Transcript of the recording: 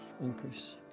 Increase